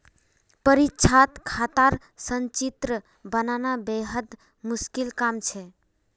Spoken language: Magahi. परीक्षात खातार संचित्र बनाना बेहद मुश्किल काम छ